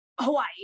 Hawaii